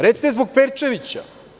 Recite zbog Perčevića.